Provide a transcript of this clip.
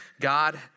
God